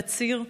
בציר,